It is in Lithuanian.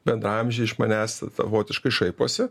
bendraamžiai iš manęs savotiškai šaiposi